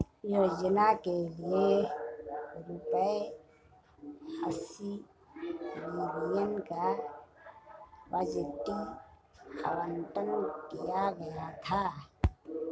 योजना के लिए रूपए अस्सी बिलियन का बजटीय आवंटन किया गया था